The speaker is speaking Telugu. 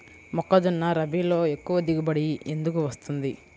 మొక్కజొన్న రబీలో ఎక్కువ దిగుబడి ఎందుకు వస్తుంది?